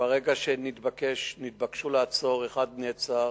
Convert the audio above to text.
ברגע שנתבקשו לעצור, אחד נעצר,